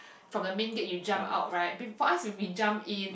from the main gate you jump out right for us will be jump in